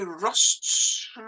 rusts